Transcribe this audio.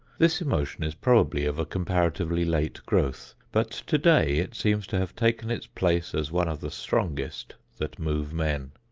this emotion is probably of a comparatively late growth, but today it seems to have taken its place as one of the strongest that move men.